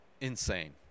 Insane